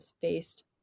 faced